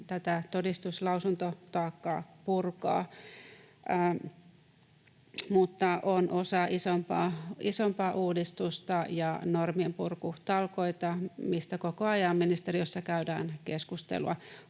tätä todistuslausuntotaakkaa purkaa, mutta on osa isompaa uudistusta ja normienpurkutalkoita, mistä koko ajan ministeriössä käydään keskustelua.